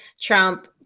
Trump